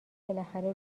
بالاخره